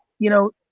you know,